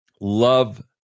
love